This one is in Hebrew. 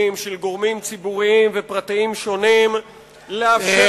של גורמים ציבוריים ופרטיים שונים לאפשר להשתמש בו,